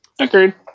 Agreed